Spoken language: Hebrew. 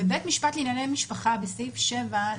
בבתי משפט לענייני משפחה בסעיף 7,